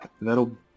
that'll